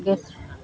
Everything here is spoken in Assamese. গেছ